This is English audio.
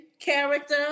character